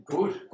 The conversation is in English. Good